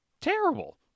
terrible